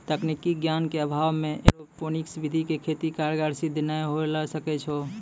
तकनीकी ज्ञान के अभाव मॅ एरोपोनिक्स विधि के खेती कारगर सिद्ध नाय होय ल सकै छो